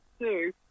two